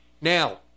Now